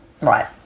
Right